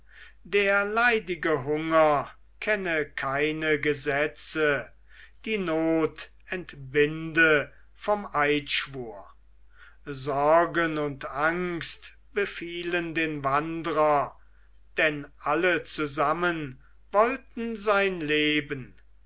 der leidige hunger kenne keine gesetze die not entbinde vom eidschwur sorgen und angst befielen den wandrer denn alle zusammen wollten sein leben